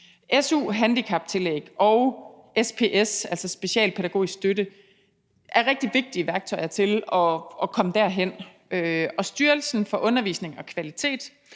Su-handicaptillæg og SPS, altså specialpædagogisk støtte, er rigtig vigtige værktøjer til at komme derhen. Styrelsen for Undervisning og Kvalitet